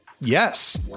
Yes